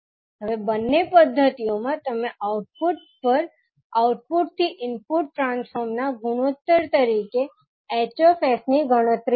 હવે બંને પદ્ધતિઓમાં તમે આઉટપુટ પર આઉટપુટ થી ઇનપુટ ટ્રાંસ્ફોર્મ ના ગુણોત્તર તરીકે 𝐻𝑠 ની ગણતરી કરો